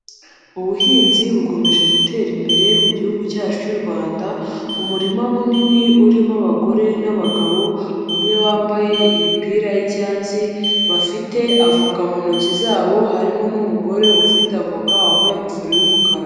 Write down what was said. Ubuhinzi bukomeje gutera imbere mu Gihugu cyacu cy'u Rwanda, umurima munini urimo abagore n'abagabo, bamwe bambaye imipira y'icyatsi bafite avoka mu ntoki zabo, harimo n'umugore ufite avoka wambaye ingofero y'umukara.